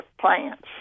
plants